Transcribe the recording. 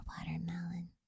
watermelon